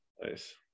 nice